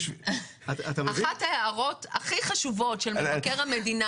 אחת הערות הכי חשובות של מבקר המדינה,